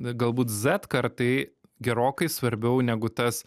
galbūt zed kartai gerokai svarbiau negu tas